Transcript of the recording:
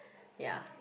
ya